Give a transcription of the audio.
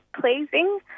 pleasing